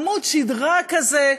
עמוד שדרה כזה,